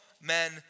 men